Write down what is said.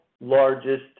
largest